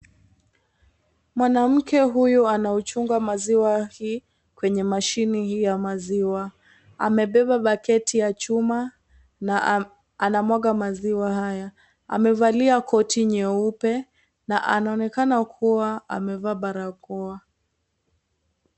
Mwanamke huyu anauchunga maziwa hii kwenye mashine hii ya maziwa. Amebeba baketi ya chuma na anamwaga maziwa haya. Amevalia koti nyeupe na anaonekana kuwa amevaa barakoa.